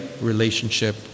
relationship